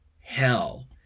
hell